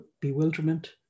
bewilderment